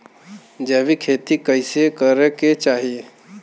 जैविक खेती कइसे करे के चाही?